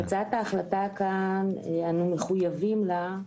הצעת ההחלטה כאן, אנו מחויבים לה,